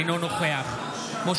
אינו נוכח אנחנו באמצע הצבעה,